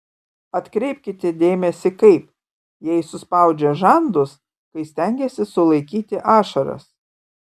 atkreipkite dėmesį kaip jei suspaudžia žandus kai stengiasi sulaikyti ašaras